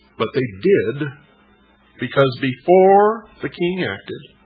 but they did because, before the king acted,